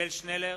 עתניאל שנלר,